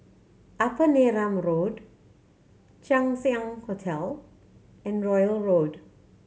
Upper Neram Road Chang Ziang Hotel and Royal Road